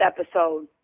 episode